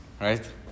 right